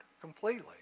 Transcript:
completely